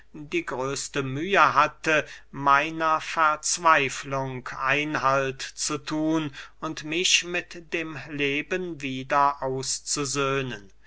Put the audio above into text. die größte mühe hatte meiner verzweiflung einhalt zu thun und mich mit dem leben wieder auszusöhnen